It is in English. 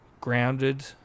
grounded